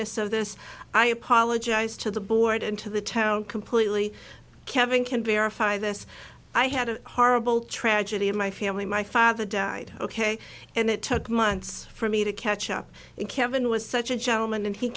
lateness of this i apologize to the board and to the town completely kevin can verify this i had a horrible tragedy in my family my father died ok and it took months for me to catch up and kevin was such a gentleman and he